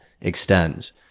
extends